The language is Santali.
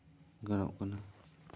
ᱜᱟᱱᱚᱜ ᱠᱟᱱᱟ